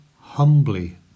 humbly